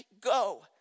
go